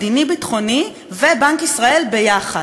מדיני-ביטחוני ובנק ישראל יחד.